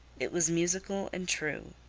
it was musical and true.